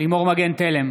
לימור מגן תלם,